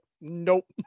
nope